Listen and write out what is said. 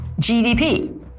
GDP